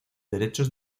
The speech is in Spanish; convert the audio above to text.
derechos